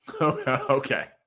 Okay